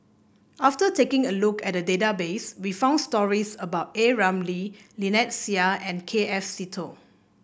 after taking a look at the database we found stories about A Ramli Lynnette Seah and K F Seetoh